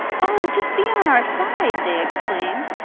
oh, just be on our side! they exclaimed,